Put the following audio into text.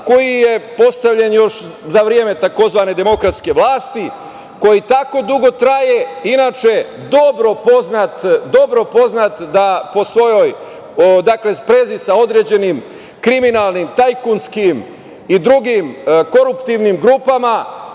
koji je postavljen još za vreme tzv. demokratske vlasti, koji tako dugo traje. Inače, dobro poznat po svojoj sprezi sa određenim kriminalnim, tajkunskim i drugim koruptivnim grupama,